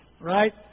right